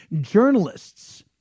journalists